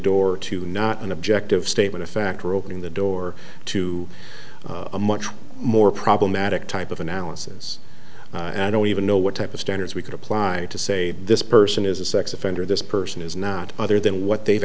door to not an objective statement of fact or opening the door to a much more problematic type of analysis and i don't even know what type of standards we could apply to say this person is a sex offender this person is not other than what they've